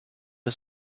ist